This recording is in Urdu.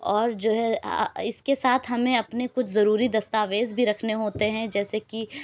اور جو ہے اس کے ساتھ ہمیں اپنے کچھ ضروری دستاویز بھی رکھنے ہوتے ہیں جیسے کہ